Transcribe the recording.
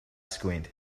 squint